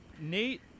Nate